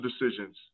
decisions